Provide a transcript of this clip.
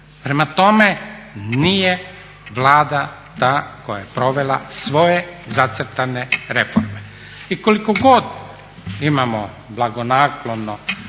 Prema tome, nije Vlada ta koja je provela svoje zacrtane reforme. I koliko god imamo blagonaklono